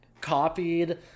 copied